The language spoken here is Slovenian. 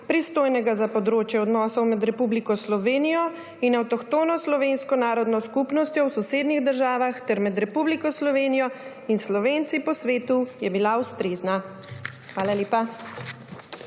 pristojnega za področje odnosov med Republiko Slovenijo in avtohtono slovensko narodno skupnostjo v sosednjih državah ter med Republiko Slovenijo in Slovenci po svetu, je bila ustrezna. Hvala lepa.